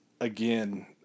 again